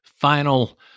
final